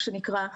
מה שנקרא,